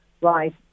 right